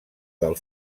del